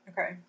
Okay